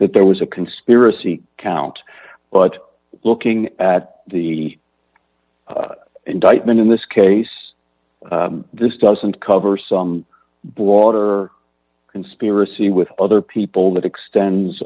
that there was a conspiracy count but looking at the indictment in this case this doesn't cover some broader conspiracy with other people that extends